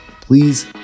please